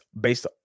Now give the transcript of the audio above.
based